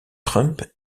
trump